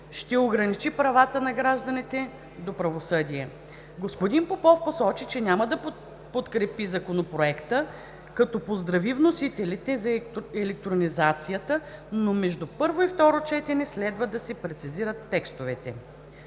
ще ограничи правата на гражданите до правосъдие. Господин Попов посочи, че няма да подкрепи Законопроект, като поздрави вносителите за електронизацията, но между първо и второ четене следва да се прецизират текстовете.